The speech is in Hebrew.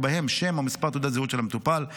ובהם: שם או מספר תעודת זהות של המטופל,